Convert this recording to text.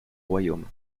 royaume